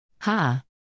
Ha